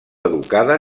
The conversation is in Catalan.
educada